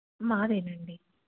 మాదేనండి